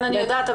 אני יודעת.